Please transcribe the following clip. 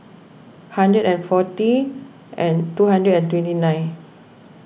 hundred and forty and two hundred and twenty nine